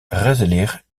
gezellig